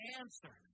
answer